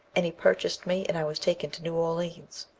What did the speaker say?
and he purchased me, and i was taken to new orleans.